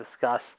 discuss